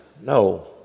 No